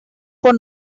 for